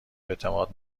اعتماد